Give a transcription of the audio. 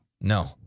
No